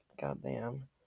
Goddamn